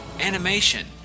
animation